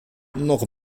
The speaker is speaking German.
noch